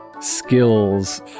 skills